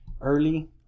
early